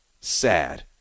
Sad